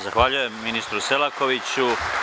Zahvaljujem ministru Selakoviću.